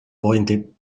pointed